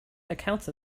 accounts